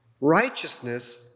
Righteousness